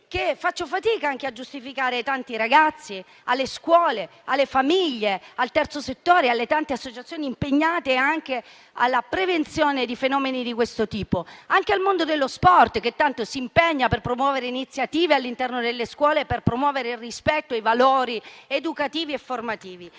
faccio fatica a giustificare di fronte a tanti ragazzi, alle scuole, alle famiglie, al terzo settore, alle tante associazioni impegnate nella prevenzione di fenomeni di questo tipo e anche al mondo dello sport, che tanto si impegna per adottare iniziative all'interno delle scuole volte a promuovere il rispetto e i valori educativi e formativi.